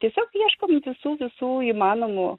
tiesiog ieškom visų visų įmanomų